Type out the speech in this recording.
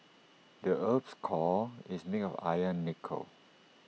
the Earth's core is made of iron and nickel